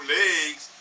legs